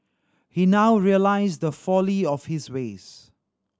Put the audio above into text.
he now realized the folly of his ways